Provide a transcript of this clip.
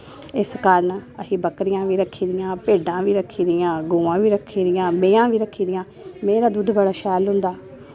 इस कारण असें बक्करियां बी रक्खी दियां भेड्डां बी रक्खी दियां गवां बी रक्खी दियां मैंहियां बी रक्खी दियां मेंहीं दा दुध्द बड़ा शैल होंदा